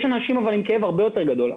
יש אנשים עם כאב הרבה יותר גדול,